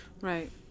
right